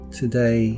today